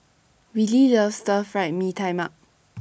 Wiley loves Stir Fried Mee Tai Mak